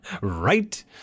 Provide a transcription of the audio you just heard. Right